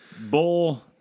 Bull